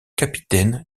capitaine